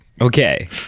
okay